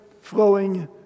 flowing